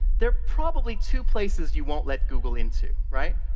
there are probably two places you won't let google into, right?